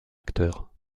acteur